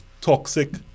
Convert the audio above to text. toxic